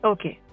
Okay